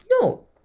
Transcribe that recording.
No